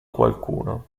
qualcuno